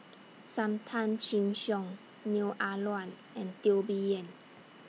SAM Tan Chin Siong Neo Ah Luan and Teo Bee Yen